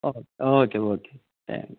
O okay okay thanks